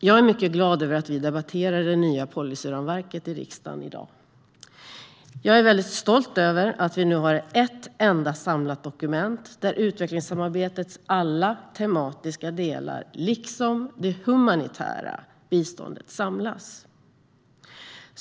Jag är mycket glad över att vi debatterar det nya policyramverket i riksdagen i dag. Jag är väldigt stolt över att vi nu har ett enda samlat dokument där utvecklingssamarbetets alla tematiska delar samlas, liksom det humanitära biståndet.